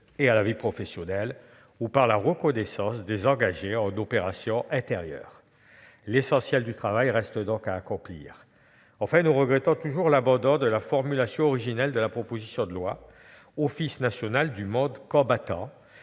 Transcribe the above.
et à la vie professionnelle ou par la reconnaissance des militaires engagés en opération intérieures. L'essentiel du travail reste donc à accomplir. Enfin, nous regrettons toujours l'abandon de la formulation originelle de la proposition de loi- Office national du monde combattant